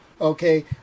Okay